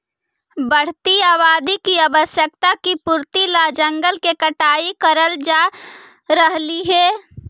बढ़ती आबादी की आवश्यकता की पूर्ति ला जंगल के कटाई करल जा रहलइ हे